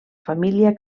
família